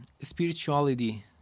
spirituality